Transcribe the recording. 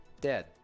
dead